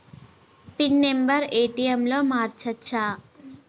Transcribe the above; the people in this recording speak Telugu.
పిన్ నెంబరు ఏ.టి.ఎమ్ లో మార్చచ్చా?